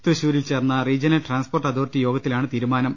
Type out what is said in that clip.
തൃശൂരിൽ ചേർന്ന regional transport authority യോഗത്തിലാണ് തീരുമാനം